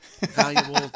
valuable